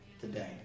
today